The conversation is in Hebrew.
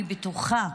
אני בטוחה,